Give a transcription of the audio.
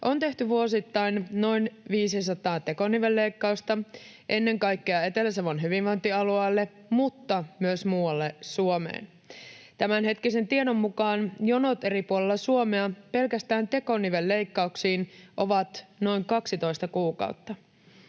on tehty vuosittain noin 500 tekonivelleikkausta ennen kaikkea Etelä-Savon hyvinvointialueelle mutta myös muualle Suomeen. Tämänhetkisen tiedon mukaan jonot eri puolella Suomea pelkästään tekonivelleikkauksiin ovat noin 12 kuukautta.